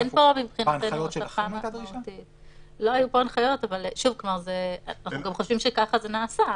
לא היו פה הנחיות אבל אנחנו חושבים שכך זה נעשה.